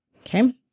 okay